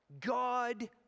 God